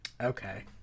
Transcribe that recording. Okay